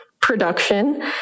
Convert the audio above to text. production